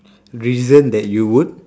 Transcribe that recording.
reason that you would